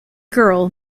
girl